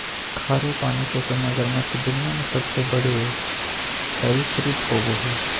खारे पानी के मगरमच्छ दुनिया में सबसे बड़े सरीसृप होबो हइ